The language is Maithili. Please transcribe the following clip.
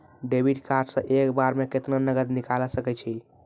डेबिट कार्ड से एक बार मे केतना नगद निकाल सके छी?